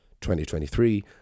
2023